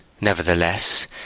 Nevertheless